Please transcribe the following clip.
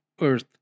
earth